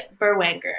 Berwanger